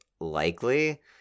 likely